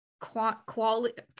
quality